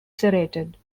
serrated